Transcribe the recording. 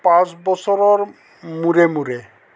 পাঁচ বছৰৰ মূৰে মূৰে